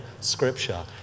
scripture